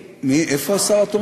איפה השר התורן?